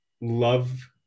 love